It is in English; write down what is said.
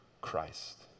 Christ